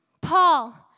Paul